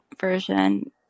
version